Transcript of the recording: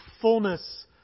fullness